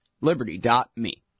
Liberty.me